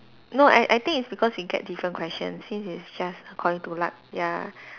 no I I think it's because we get different questions since it's just according to luck ya